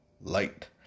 light